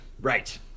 Right